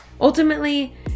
Ultimately